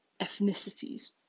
ethnicities